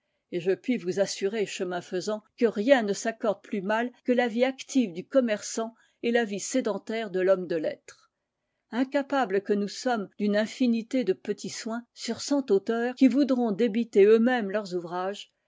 et je puis vous assurer chemin faisant que rien ne s'accorde plus mal que la vie active du commerçant et la vie sédentaire de l'homme de lettres incapables que nous sommes d'une infinité de petits soins sur cent auteurs qui voudront débiter eux-mêmes leurs ouvrages